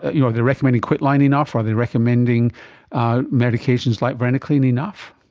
you know are they recommending quitline enough, are they recommending medications like varenicline enough?